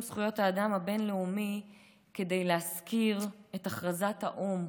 זכויות האדם הבין-לאומי כדי להזכיר את הכרזת האו"ם